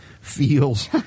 feels